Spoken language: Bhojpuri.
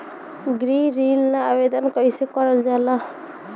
गृह ऋण ला आवेदन कईसे करल जाला?